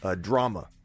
drama